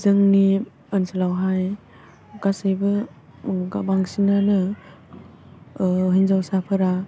जोंनि ओनसोलावहाय गासैबो बांसिनानो हिन्जावसाफोरा